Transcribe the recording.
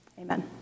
Amen